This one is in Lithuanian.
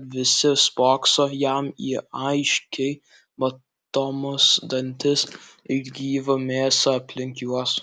visi spokso jam į aiškiai matomus dantis ir gyvą mėsą aplink juos